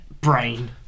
brain